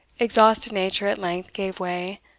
exhausted nature at length gave way,